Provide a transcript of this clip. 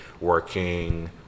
working